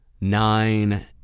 nine